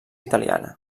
italiana